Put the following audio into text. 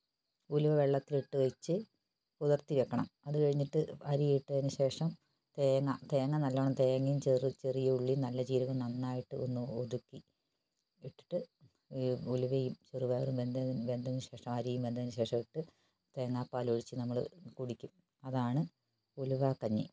ഉലുവ വെള്ളത്തിൽ ഇട്ടുവെച്ച് കുതിർത്തി വയ്ക്കണം അത് കഴിഞ്ഞിട്ട് അരി ഇട്ടതിന് ശേഷം തേങ്ങ തേങ്ങ നല്ലോണം തേങ്ങയും ചെറിയ ചെറിയ ഉള്ളിയും നല്ല ജീരകവും നന്നായിട്ട് ഒന്നു ഒതുക്കി ഇട്ടിട്ട് ഉലുവയും ചെറുപയറും വെന്തതിന് ശേഷം അരിയും വെന്തതിന് ശേഷം തേങ്ങാപ്പാൽ ഒഴിച്ച് നമ്മൾ കുടിക്കും അതാണ് ഉലുവ കഞ്ഞി